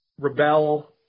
rebel